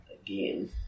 again